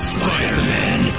Spider-Man